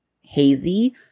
hazy